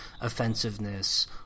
offensiveness